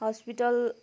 hospital